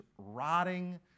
rotting